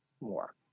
more